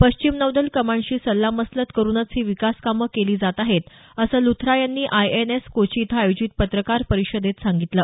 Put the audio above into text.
पश्चिम नौदल कमांडशी सल्ला मसलत करुनच ही विकास कामं केली जात आहेत असं लुथरा यांनी आयएनएस कोची इथं आयोजित पत्रकार परिषदेत सांगितलं